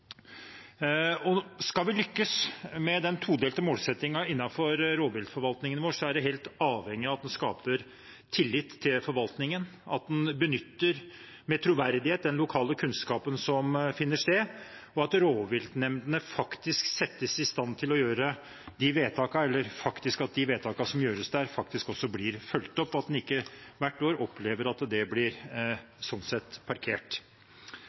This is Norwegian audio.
og forutsetninger i tilknytning til ulv. Skal vi lykkes med den todelte målsettingen innenfor rovviltforvaltningen vår, er vi helt avhengige av at det skapes tillit til forvaltningen, at man med troverdighet benytter den lokale kunnskapen som finnes, og at rovviltnemndene faktisk settes i stand til å følge opp vedtakene som gjøres der – at man ikke hvert år opplever at de sånn sett blir parkert.